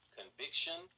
conviction